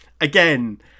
again